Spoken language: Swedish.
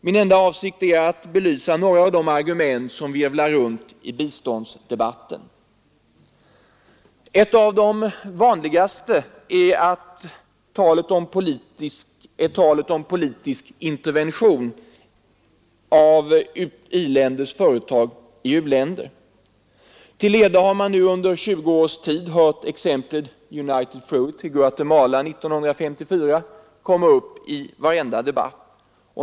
Min enda avsikt är att belysa några av de argument som virvlar runt i biståndsdebatten. Ett av de vanligaste är talet om politisk intervention av i-länders företag i u-länder. Till leda har man under 20 års tid hört exemplet United Fruit Guatemala 1954 komma upp i varenda debatt.